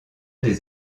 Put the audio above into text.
des